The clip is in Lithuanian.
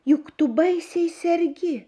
juk tu baisiai sergi